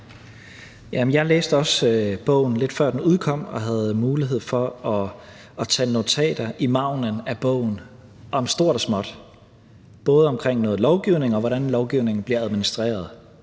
Jeg læste også bogen, lidt før den udkom, og havde mulighed for at tage notater i margenen af bogen om stort og småt, både omkring noget lovgivning og hvordan lovgivningen bliver administreret,